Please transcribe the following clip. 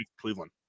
Cleveland